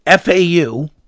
FAU